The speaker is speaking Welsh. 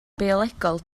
biolegol